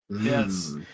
Yes